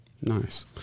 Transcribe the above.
nice